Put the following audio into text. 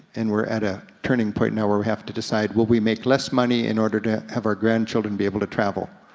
and we're at a turning point now where we have to decide will we make less money in order to have our grandchildren be able to travel?